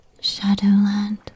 shadowland